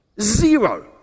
Zero